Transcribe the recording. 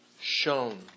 shown